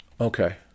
Okay